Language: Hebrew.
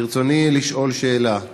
ברצוני לשאול שאלה.